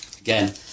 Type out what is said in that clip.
again